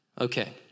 Okay